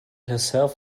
herself